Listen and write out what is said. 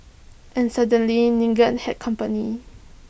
and suddenly Nigel had company